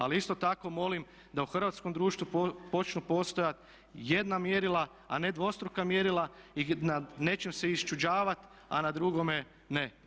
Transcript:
Ali isto tako molim da u hrvatskom društvu počnu postojati jedna mjerila a ne dvostruka mjerila i nad nečim se iščuđavati a na drugome ne.